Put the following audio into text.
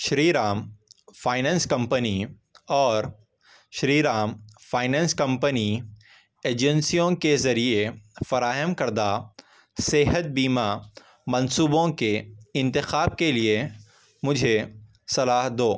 شری Ram finance company اور Shri Ram finance company ایجنسیوں کے ذریعے فراہم کردہ صحت بیمہ منصوبوں کے انتخاب کے لیے مجھے صلاح دو